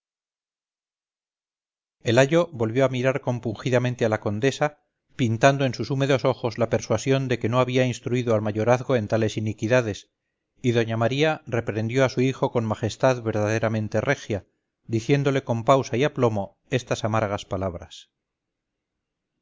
el ayo volvió a mirar compungidamente a la condesa pintando en sus húmedos ojos la persuasión de que no había instruido al mayorazgo en tales iniquidades y doña maría reprendió a su hijo con majestad verdaderamente regia diciéndole con pausa y aplomo estas amargas palabras